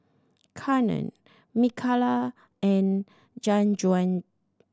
Conard Micaela and Jajuan